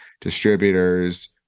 distributors